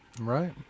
Right